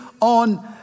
on